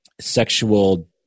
sexual